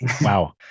wow